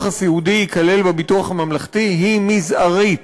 הסיעודי ייכלל בביטוח הממלכתי היא מזערית.